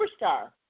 superstar